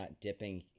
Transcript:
dipping